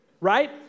right